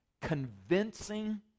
Convincing